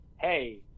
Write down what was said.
Hey